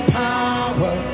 power